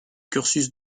cursus